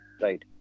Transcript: right